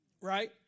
Right